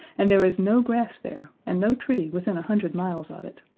and there is no grass there and no tree within a hundred miles of it.